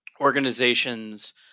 organizations